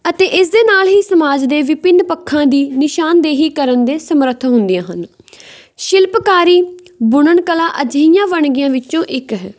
ਅਤੇ ਇਸ ਦੇ ਨਾਲ ਹੀ ਸਮਾਜ ਦੇ ਵਿਭਿੰਨ ਪੱਖਾਂ ਦੀ ਨਿਸ਼ਾਨਦੇਹੀ ਕਰਨ ਦੇ ਸਮਰੱਥ ਹੁੰਦੀਆਂ ਹਨ ਸ਼ਿਲਪਕਾਰੀ ਬੁਣਨ ਕਲਾ ਅਜਿਹੀਆਂ ਵਣਗੀਆਂ ਵਿੱਚੋਂ ਇੱਕ ਹੈ